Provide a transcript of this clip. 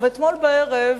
אתמול בערב,